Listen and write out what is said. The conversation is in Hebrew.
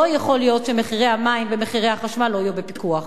לא יכול להיות שמחירי המים ומחירי החשמל לא יהיו בפיקוח.